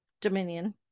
dominion